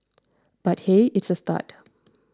but hey it's a start